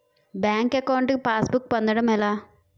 Bank account కి passbook పొందడం ఎలా?